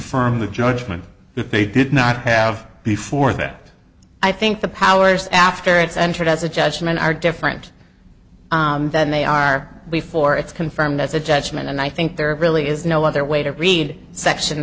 rm the judgment if they did not have before that i think the powers after it's entered as a judgment are different than they are before it's confirmed as a judgment and i think there really is no other way to read section